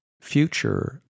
future